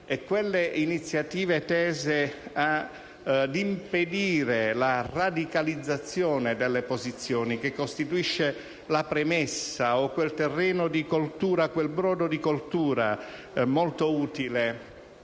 e quelle iniziative tese ad impedire la radicalizzazione delle posizioni, che costituisce la premessa o quel brodo di coltura molto utile